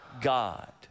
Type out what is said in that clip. God